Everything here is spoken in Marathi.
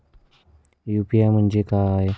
यू.पी.आय म्हणजे काय?